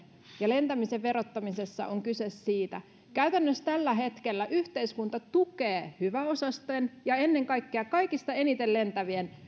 ja lentämisen verottamisessa on kyse siitä käytännössä tällä hetkellä yhteiskunta tukee hyväosaisten ja ennen kaikkea kaikista eniten lentävien